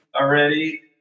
already